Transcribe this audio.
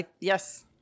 Yes